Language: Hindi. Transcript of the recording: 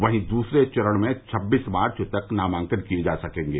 वहीं दूसरे चरण में छब्बीस मार्च तक नामांकन किये जा सकेंगे